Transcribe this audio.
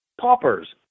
paupers